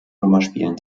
sommerspielen